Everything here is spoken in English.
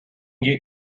get